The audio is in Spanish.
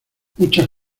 muchas